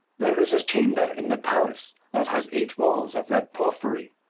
there is a chamber in the palace that has eight walls of red porphyry,